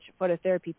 phototherapy